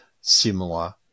similar